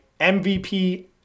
MVP